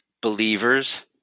believers